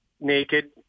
naked